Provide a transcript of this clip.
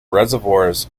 reservoirs